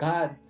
God